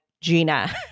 Gina